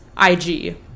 ig